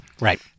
Right